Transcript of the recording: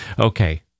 Okay